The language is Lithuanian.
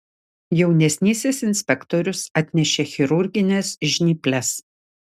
jaunesnysis inspektorius atnešė chirurgines žnyples